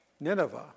Nineveh